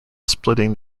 splitting